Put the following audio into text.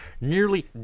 nearly